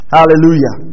Hallelujah